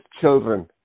children